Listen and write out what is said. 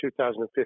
2015